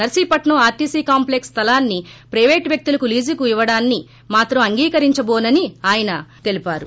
Narsipatnam RTC complex స్థలాన్ని private వ్యక్తులకు లీజుకు ఇవ్వడాన్ని మాత్రం అంగీకరించబోనని అయ్యన్న పాత్రుడు చెప్పారు